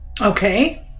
okay